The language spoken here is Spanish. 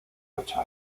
ocho